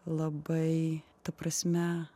labai ta prasme